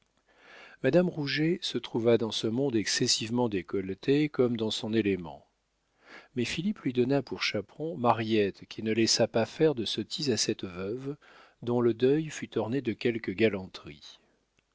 madame rouget se trouva dans ce monde excessivement décolleté comme dans son élément mais philippe lui donna pour chaperon mariette qui ne laissa pas faire de sottises à cette veuve dont le deuil fut orné de quelques galanteries